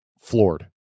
floored